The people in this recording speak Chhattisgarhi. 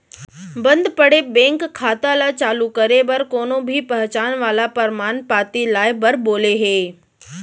बंद पड़े बेंक खाता ल चालू करे बर कोनो भी पहचान वाला परमान पाती लाए बर बोले हे